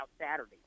Saturday